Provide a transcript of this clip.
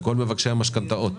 לכל מבקשי המשכנתאות,